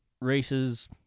Races